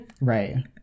Right